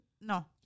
No